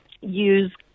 use